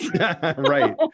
right